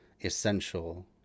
essential